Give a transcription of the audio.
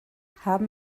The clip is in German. haben